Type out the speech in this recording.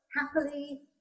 happily